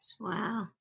Wow